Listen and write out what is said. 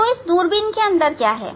तो अब इस दूरबीन के अंदर क्या है